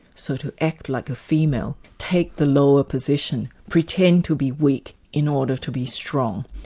so to act like a female, take the lower position, pretend to be weak in order to be strong,